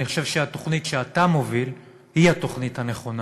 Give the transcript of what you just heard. אני חושב שהתוכנית שאתה המוביל היא התוכנית הנכונה.